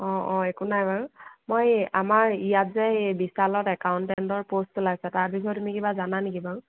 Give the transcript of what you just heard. অঁ অঁ একো নাই বাৰু মই এই আমাৰ ইয়াত যে এই বিশালত একাউণ্টেণ্ডৰ প'ষ্ট ওলাইছে তাৰ বিষয়ে তুমি কিবা জানা নেকি বাৰু